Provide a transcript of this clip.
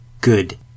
Good